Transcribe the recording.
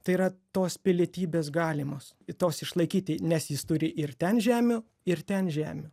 tai yra tos pilietybės galimos į tos išlaikyti nes jis turi ir ten žemių ir ten žemių